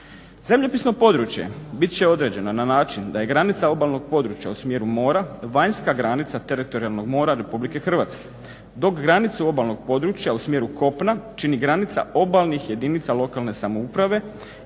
Zemljopisno područje bit će određeno na način da je granica obalnog područja u smjeru mora vanjska granica teritorijalnog mora Republike Hrvatske, dok granicu obalnog područja u smjeru kopna čini granica obalnih jedinica lokalne samouprave